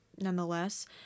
nonetheless